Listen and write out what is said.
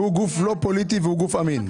שהוא גוף לא פוליטי והוא גוף אמין.